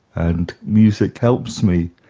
and music helps me,